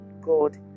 God